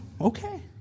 Okay